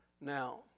Now